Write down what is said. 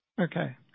Okay